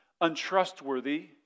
untrustworthy